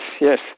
yes